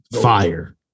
fire